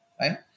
right